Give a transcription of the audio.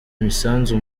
imisanzu